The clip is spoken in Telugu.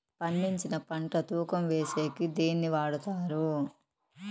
పండించిన పంట తూకం వేసేకి దేన్ని వాడతారు?